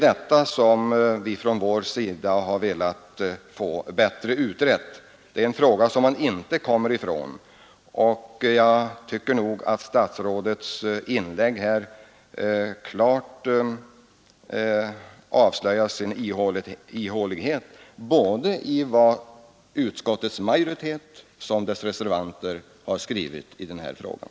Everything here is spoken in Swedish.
Detta har vi från vår sida velat få bättre utrett. Det är en fråga som man inte kommer ifrån. Jag tycker nog att ihåligheten i statsrådets inlägg klart avslöjas mot bakgrund av vad såväl utskottets majoritet som reservanterna har skrivit på den här punkten.